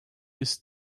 this